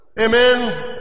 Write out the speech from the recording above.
Amen